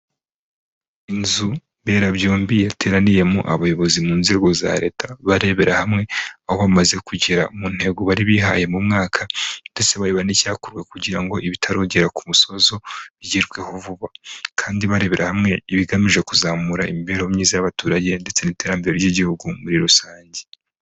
Inzu mberabyombi iteraniyemo abayobozi mu nzego za leta, barebera hamwe aho bamaze kugera mu ntego bari bihaye mu mwaka, ndetse bareba n'icyakorwa kugira ngo ibitaragera ku musozo bigerweho vuba. Kandi barebera hamwe ibigamije kuzamura imibereho myiza y'abaturage ndetse n'iterambere ry'igihugu muri rusange.